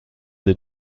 des